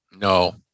No